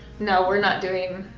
no, we're not doing,